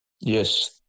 Yes